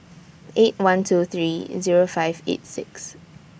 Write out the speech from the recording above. eight one two three Zero five eight six